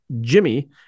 Jimmy